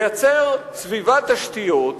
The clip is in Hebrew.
לייצר סביבה תשתיות,